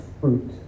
fruit